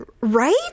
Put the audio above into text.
Right